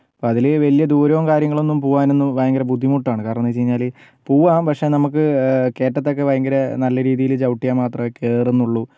അപ്പം അതില് വലിയ ദൂരവും കാര്യങ്ങളൊന്നും പോകാനൊന്നും ഭയങ്കര ബുദ്ധിമുട്ടാണ് കാരണം എന്ന് വെച്ച് കഴിഞ്ഞാല് പോകാം പക്ഷേ നമുക്ക് കയറ്റത്തൊക്കെ ഭയങ്കര നല്ല രീതിയില് ചവിട്ടിയാൽ മാത്രമെ കയറുന്നുള്ളു